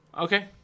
Okay